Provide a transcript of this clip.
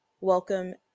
welcome